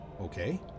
okay